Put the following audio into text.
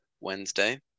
Wednesday